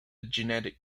genetic